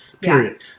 period